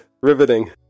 Riveting